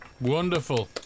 Wonderful